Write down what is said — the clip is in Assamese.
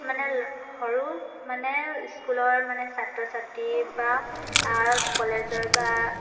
মানে সৰু মানে স্কুলৰ মানে ছাত্ৰ ছাত্ৰী বা কলেজৰ বা